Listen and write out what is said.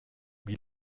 wie